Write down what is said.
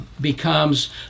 becomes